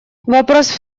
вопрос